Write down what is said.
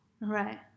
Right